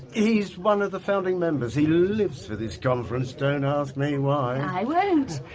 he's one of the founding members. he lives for this conference, don't ask me why. i won't.